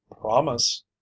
Promise